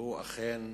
והוא אכן,